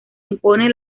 impone